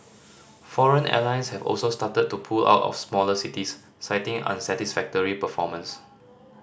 foreign airlines have also started to pull out of smaller cities citing unsatisfactory performance